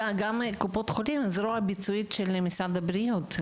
גם קופות החולים הן זרוע ביצועית של משרד הבריאות.